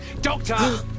Doctor